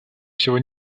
всего